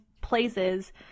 places